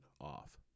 off